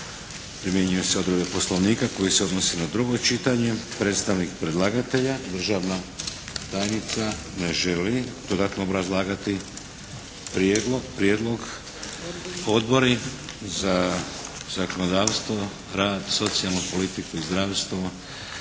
Primjenjuju se odredbe Poslovnika koje se odnose na drugo čitanje. Predstavnik predlagatelja državna tajnica ne želi dodatno obrazlagati prijedlog? Odbori za zakonodavstvo, rad, socijalnu politiku i zdravstvo,